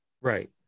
Right